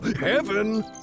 Heaven